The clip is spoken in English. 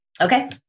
Okay